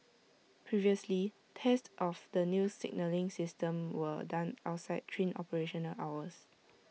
previously tests of the new signalling system were done outside train operational hours